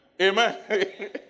Amen